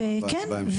כן.